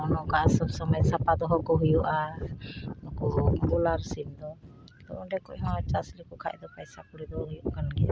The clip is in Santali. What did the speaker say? ᱟᱨ ᱱᱚᱝᱠᱟ ᱥᱚᱵᱥᱚᱢᱚᱭ ᱥᱟᱯᱟ ᱫᱚᱦᱚᱠᱚ ᱦᱩᱭᱩᱜᱼᱟ ᱱᱩᱠᱩ ᱵᱚᱭᱞᱟᱨ ᱥᱤᱢᱫᱚ ᱛᱚ ᱚᱸᱰᱮ ᱠᱷᱤᱡᱦᱚᱸ ᱪᱟᱥ ᱞᱮᱠᱚ ᱠᱷᱟᱡᱫᱚ ᱯᱟᱭᱥᱟ ᱠᱩᱲᱤᱫᱚ ᱦᱩᱭᱩᱜᱠᱟᱱ ᱜᱮᱭᱟ